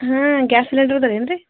ಹಾಂ gas cylinder ಅದಾವ ಏನ್ರೀ